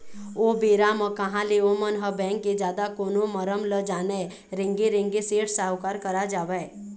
ओ बेरा म कहाँ ले ओमन ह बेंक के जादा कोनो मरम ल जानय रेंगे रेंगे सेठ साहूकार करा जावय